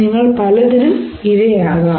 നിങ്ങൾ പലതിനും ഇരയാകാം